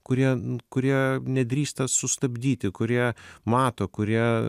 kurie kurie nedrįsta sustabdyti kurie mato kurie